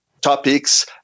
topics